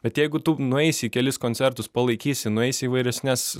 bet jeigu tu nueisi į kelis koncertus palaikysi nueisi į įvairesnes